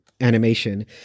animation